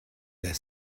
their